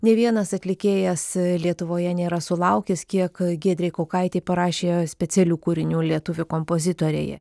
nė vienas atlikėjas lietuvoje nėra sulaukęs kiek giedrei kaukaitei parašė specialių kūrinių lietuvių kompozitoriai